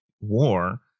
war